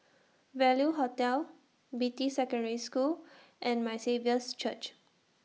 Value Hotel Beatty Secondary School and My Saviour's Church